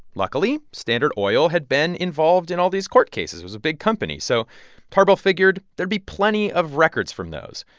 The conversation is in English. luckily, standard oil had been involved in all these court cases. it was a big company. so tarbell figured there'd be plenty of records from those.